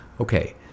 Okay